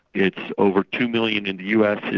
it's over two million in the us,